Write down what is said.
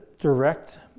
direct